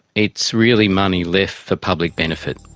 it's really money left for public benefit.